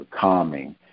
calming